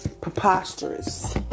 preposterous